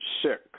sick